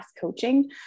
coaching